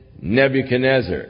Nebuchadnezzar